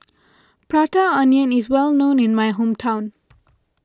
Prata Onion is well known in my hometown